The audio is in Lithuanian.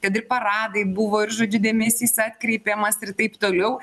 kad ir paradai buvo ir žodžiu dėmesys atkreipiamas ir taip toliau